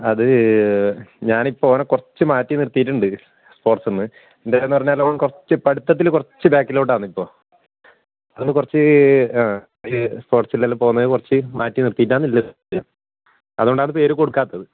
അത് ഞാനിപ്പോൾ ഓനെ കുറച്ചു മാറ്റി നിർത്തിയിട്ടുണ്ട് പുറത്ത് നിന്ന് എന്തിനാണെന്ന് പറഞ്ഞാൽ ഓൻ കുറച്ചു പഠിത്തത്തിൽ കുറച്ചു ബാക്കിലോട്ടാണിപ്പോൾ അതിപ്പം കുറച്ചു അത് സ്പോർട്ടിസിലെല്ലാം പോകുന്നതിന് കുറച്ച് മാറ്റി നിർത്തിയിട്ടാണുള്ളത് അതു കൊണ്ടാണ് പേര് കൊടുക്കാത്തത്